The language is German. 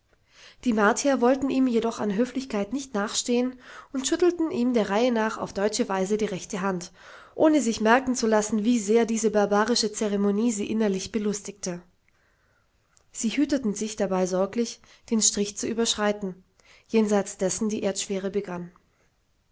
die martier wollten ihm jedoch an höflichkeit nicht nachstehen und schüttelten ihm der reihe nach auf deutsche weise die rechte hand ohne sich merken zu lassen wie sehr diese barbarische zeremonie sie innerlich belustigte sie hüteten sich dabei sorglich den strich zu überschreiten jenseits dessen die erdschwere begann